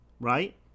Right